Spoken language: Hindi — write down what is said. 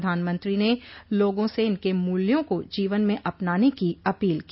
प्रधानमंत्री ने लोगों से इनके मूल्यों को जीवन में अपनाने की अपील की